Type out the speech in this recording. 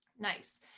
Nice